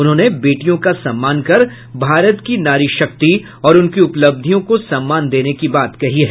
उन्होंने बेटियों का सम्मान कर भारत की नारी शक्ति और उनकी उपब्धियों को सम्मान देने की बात कही है